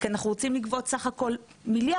כי אנחנו רוצים לגבות בסך הכל מיליארד.